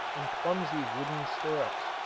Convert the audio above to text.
and clumsy wooden stirrups,